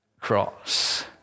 cross